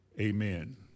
Amen